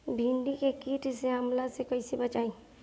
भींडी के कीट के हमला से कइसे बचाई?